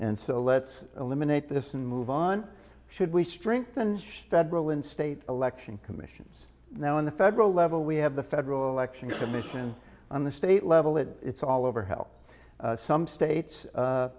and so let's eliminate this and move on should we strengthen federal and state election commissions now in the federal level we have the federal election commission on the state level that it's all over help some states